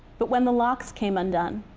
but when the locks came undone,